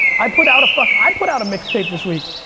i put out a fuck. i put out a mix tape this week.